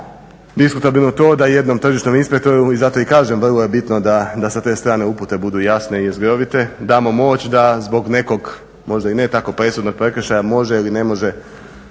to da jednom tržišnom inspektoru i zato i kažem vrlo je bitno da sa te strane upute budu jasne i jezgrovite damo moć da zbog nekog možda i ne tako presudnog prekršaja može ili ne može